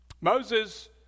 Moses